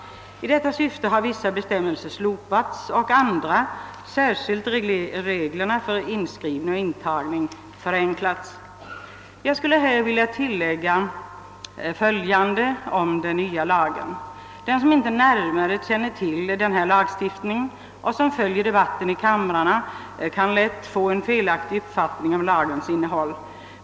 I detta syfte har vissa bestämmelser slopats och andra, särskilt reglerna för inskrivning och intagning, förenklats. Jag vill tillägga följande om den nya lagen. Den som inte närmare känner till denna lagstiftning och som följer debatten i kamrarna kan lätt få en felaktig uppfattning om lagens innehåll.